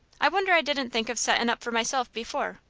i wonder i didn't think of settin' up for myself before!